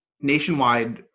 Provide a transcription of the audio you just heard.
nationwide